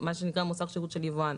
מה שנקרא מוסך שירות של יבואן.